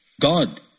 God